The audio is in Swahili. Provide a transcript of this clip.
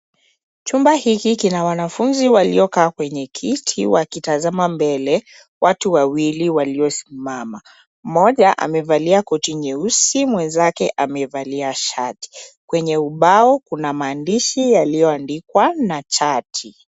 Chumba hiki kina wanafunzi waliokaa kwenye kiti wakitazama mbele watu wawili waliosimama. Mmoja amevalia koti nyeusi huku mwenzake amevalia shati. Kwenye ubao kuna maandishi yaliyoandikwa na chati.